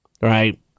right